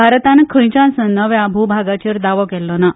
भारतान खंयच्याच नव्या भूभागाचेर दावो केल्लो ना